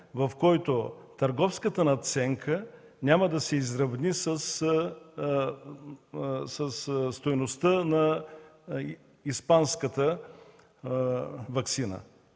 в който търговската надценка няма да се изравни със стойността на испанската ваксина.